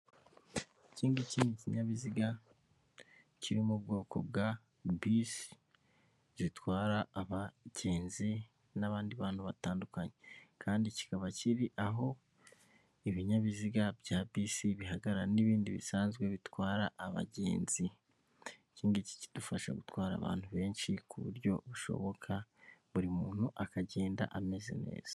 Iki ngiki ni kinyabiziga kiri mu bwoko bwa bisi gitwara abagenzi n'abandi bantu batandukanye kandi kikaba kiri aho ibinyabiziga bya bisi bihagarara n'ibindi bisanzwe bitwara abagenzi, iki ngiki kidufasha gutwara abantu benshi ku buryo bushoboka buri muntu akagenda ameze neza.